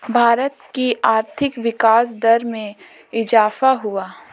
भारत की आर्थिक विकास दर में इजाफ़ा हुआ है